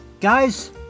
Guys